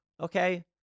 okay